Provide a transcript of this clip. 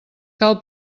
cal